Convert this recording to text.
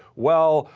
well,